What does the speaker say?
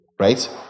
right